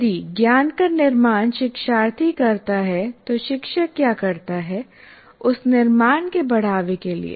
यदि ज्ञान का निर्माण शिक्षार्थी करता है तो शिक्षक क्या करता है उस निर्माण के बढ़ावे के लिए